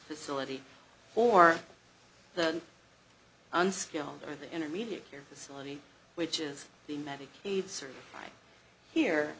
facility for the unskilled or the intermediate care facility which is the medicaid service here